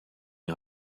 une